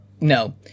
no